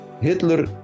Hitler